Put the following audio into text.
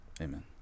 Amen